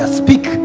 speak